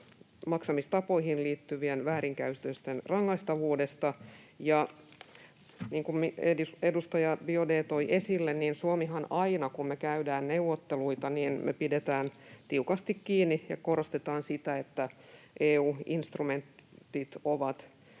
maksamistapoihin liittyvien väärinkäytösten rangaistavuudesta. Ja niin kuin edustaja Biaudet toi esille, Suomihan aina, kun me käydään neuvotteluita, pitää tiukasti kiinni siitä ja korostaa sitä, että EU-instrumentit ovat